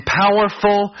powerful